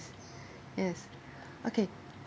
yes okay